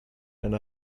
and